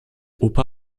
opa